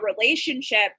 relationship